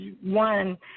one